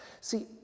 See